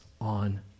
on